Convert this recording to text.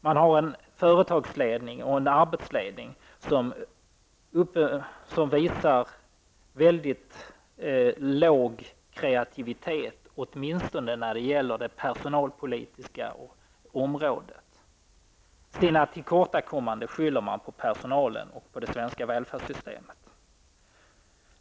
Man har en företagsledning och en arbetsledning som visar mycket låg kreativitet, åtminstone på det personalpolitiska området. Sina tillkortakommanden skyller man på personalen och på det svenska välfärdssystemet.